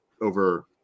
over